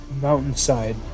mountainside